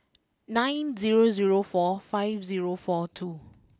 nine zero zero four five zero four two